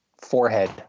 forehead